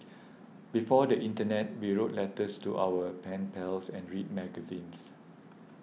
before the internet we wrote letters to our pen pals and read magazines